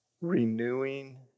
renewing